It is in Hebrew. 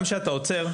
גם כשאתה עוצר,